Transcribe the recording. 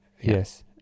yes